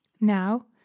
Now